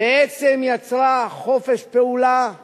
בעצם יצרה חופש פעולה צבאי,